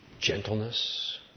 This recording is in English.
Gentleness